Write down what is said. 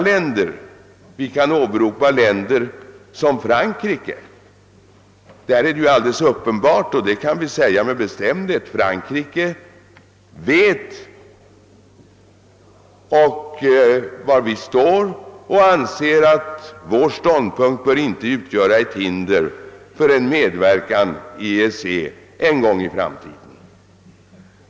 Länder som Frankrike vet — det kan vi säga med bestämdhet — var vi står och anser att vår ståndpunkt inte bör utgöra hinder för en medverkan i EEC en gång i framtiden.